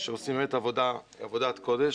שעושים באמת עבודת קודש,